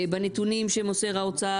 בנתונים שמוסר האוצר,